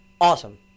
Awesome